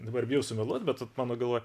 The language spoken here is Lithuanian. dabar bijau sumeluot bet mano galva